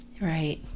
right